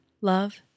love